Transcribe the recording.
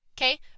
Okay